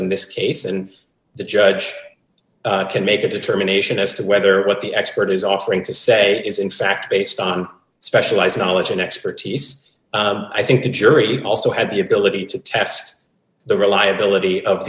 in this case and the judge can make a determination as to whether what the expert is offering to say is in fact based on specialized knowledge and expertise i think the jury also had the ability to test the reliability of